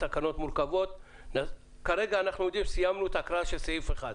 את סעיף 2: